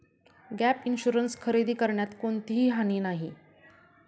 gap insurance खरेदी करण्यात कोणतीही हानी नाही